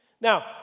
Now